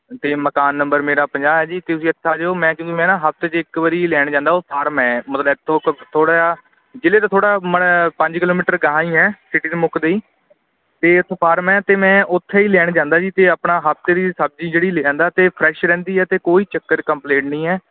ਅਤੇ ਮਕਾਨ ਨੰਬਰ ਮੇਰਾ ਪੰਜਾਹ ਹੈ ਜੀ ਤੁਸੀਂ ਇੱਥੇ ਆ ਜਾਇਓ ਮੈਂ ਕਿਉਂਕਿ ਮੈਂ ਨਾ ਹਫ਼ਤੇ 'ਚ ਇੱਕ ਵਾਰ ਲੈਣ ਜਾਂਦਾ ਉਹ ਫਾਰਮ ਹੈ ਮਤਲਬ ਇਥੋਂ ਥੋੜ੍ਹਾ ਜਿਹਾ ਜਿਲ੍ਹੇ ਤੋਂ ਥੋੜ੍ਹਾ ਮਤਲਬ ਪੰਜ ਕਿਲੋਮੀਟਰ ਅਗਾਂਹ ਹੀ ਹੈ ਸਿਟੀ ਦੇ ਮੁੱਕਦੇ ਹੀ ਅਤੇ ਉੱਥੇ ਫਾਰਮ ਹੈ ਅਤੇ ਮੈਂ ਉੱਥੇ ਹੀ ਲੈਣ ਜਾਂਦਾ ਜੀ ਅਤੇ ਆਪਣਾ ਹਫ਼ਤੇ ਦੀ ਸਬਜ਼ੀ ਜਿਹੜੀ ਲਿਆਉਂਦਾ ਅਤੇ ਫਰੈਸ਼ ਰਹਿੰਦੀ ਹੈ ਅਤੇ ਕੋਈ ਚੱਕਰ ਕੰਪਲੇਂਟ ਨਹੀਂ ਹੈ